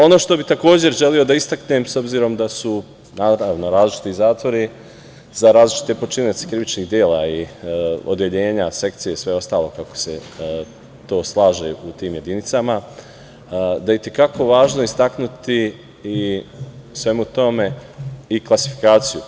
Ono što bih takođe želeo da istaknem, s obzirom da su naravno različiti zatvori za različite počinioce krivičnih dela i odeljenja, sekcije i sve ostalo, kako se to slaže u tim jedinicama, da je i te kako važno istaknuti i svemu tome i klasifikaciju.